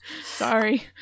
Sorry